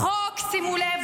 שימו לב,